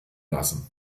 lassen